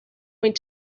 went